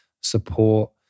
support